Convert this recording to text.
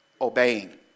obeying